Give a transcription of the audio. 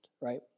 right